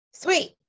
sweet